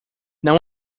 não